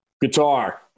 Guitar